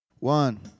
One